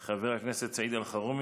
של חבר הכנסת סעיד אלחרומי,